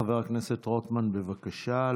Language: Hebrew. חבר הכנסת רוטמן, בבקשה.